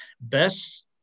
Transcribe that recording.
best